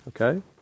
Okay